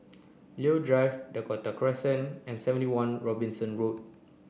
Leo Drive Dakota Crescent and seventy one Robinson Road